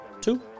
Two